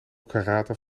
karate